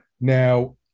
Now